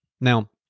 Now